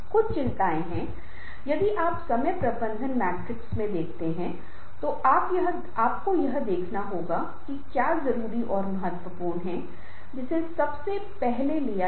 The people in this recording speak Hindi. तो पेसिंग कितनी तेजी से बोलता है पेसिंग के संदर्भ में हो सकता है कि मैं क्या छोड़ता हूं प्रस्तुति में 5 अन्य अंक हो सकते हैं लेकिन मेरे पास समय नहीं है